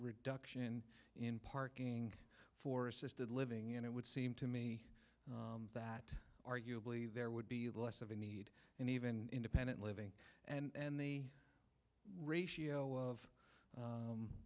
reduction in parking for assisted living and it would seem to me that arguably there would be less of a need and even dependant living and the ratio of